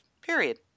period